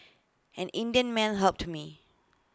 an Indian man helped me